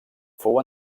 fou